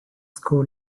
school